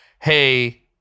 hey